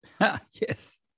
Yes